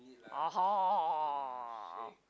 [orh hor]